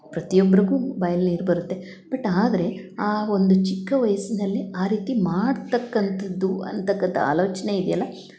ಪ್ರತಿಯೊಬ್ರಿಗು ಬಾಯಲ್ಲಿ ನೀರು ಬರುತ್ತೆ ಬಟ್ ಆದರೆ ಆ ಒಂದು ಚಿಕ್ಕ ವಯಸ್ಸಿನಲ್ಲೆ ಆ ರೀತಿ ಮಾಡ್ತಕಂತದ್ದು ಅಂತಕಂತ ಆಲೋಚನೆ ಇದೆಯಲ್ಲ